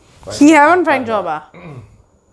finding